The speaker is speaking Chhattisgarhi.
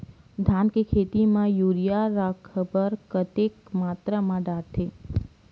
धान के खेती म यूरिया राखर कतेक मात्रा म डलथे?